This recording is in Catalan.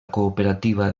cooperativa